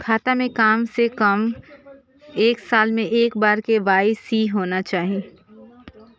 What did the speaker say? खाता में काम से कम एक साल में एक बार के.वाई.सी होना चाहि?